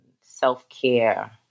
self-care